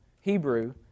Hebrew